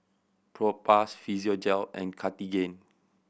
Propass Physiogel and Cartigain